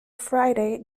friday